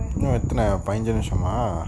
இன்னு எத்தன பைஞ்சு நிமிஷமா:innu ethana painju nimishama